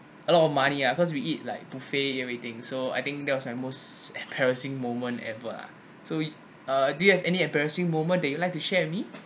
a lot of money ah because we eat like buffet and everything so I think that was my most embarrassing moment ever ah so uh do you have any embarrassing moment that you'd like to share to me